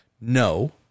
No